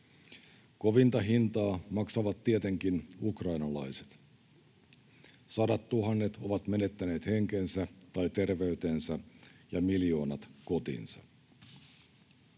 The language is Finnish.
Kovinta hintaa maksavat tietenkin ukrainalaiset. Sadattuhannet ovat menettäneet henkensä tai terveytensä ja miljoonat kotinsa.